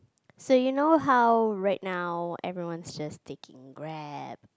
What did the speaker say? so you know how right now everyone's just taking Grab